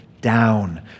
down